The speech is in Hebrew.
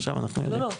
עכשיו אנחנו -- לא,